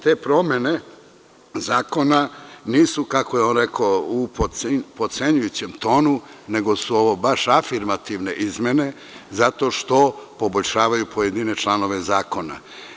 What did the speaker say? Te promene zakona nisu kako je on rekao u potcenjujućem tonu, nego su ovo baš afirmativne izmene, zato što poboljšavaju pojedine članove zakona.